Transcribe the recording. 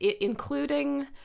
including